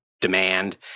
demand